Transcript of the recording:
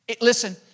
listen